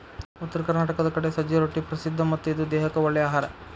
ಉತ್ತರ ಕರ್ನಾಟಕದ ಕಡೆ ಸಜ್ಜೆ ರೊಟ್ಟಿ ಪ್ರಸಿದ್ಧ ಮತ್ತ ಇದು ದೇಹಕ್ಕ ಒಳ್ಳೇ ಅಹಾರಾ